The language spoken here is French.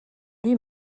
lui